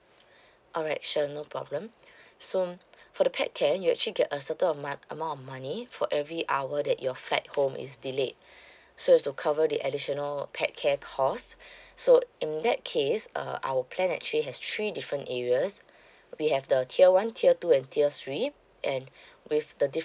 alright sure no problem so for the pet care you actually get a certain amoun~ amount of money for every hour that your flight home is delayed so it's to cover the additional uh pet care cost so in that case uh our plan actually has three different areas we have the tier one tier two and tier three and with the dif~